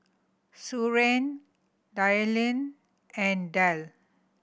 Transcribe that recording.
Soren Dylan and Del